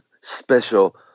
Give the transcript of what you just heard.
special